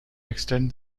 extend